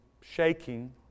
shaking